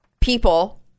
people